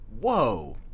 Whoa